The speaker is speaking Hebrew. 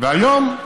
והיום,